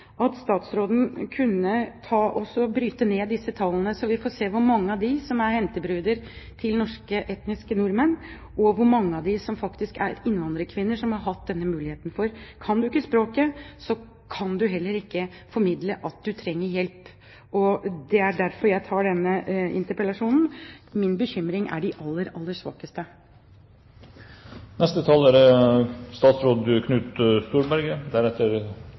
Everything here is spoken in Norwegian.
at statsråden kunne bryte ned disse tallene, slik at vi får se hvor mange av kvinnene som er hentebruder til etniske nordmenn, og hvor mange av dem som er innvandrerkvinner, som har fått denne muligheten. Kan du ikke språket, kan du heller ikke formidle at du trenger hjelp. Det er derfor jeg tar opp denne interpellasjonen. Min bekymring er de aller, aller svakeste. Det er